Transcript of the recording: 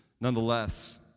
nonetheless